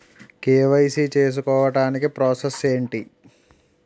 KYC చేసుకోవటానికి process ఏంటి?